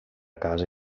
casa